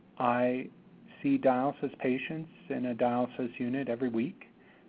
i see dialysis patients in a dialysis unit every week.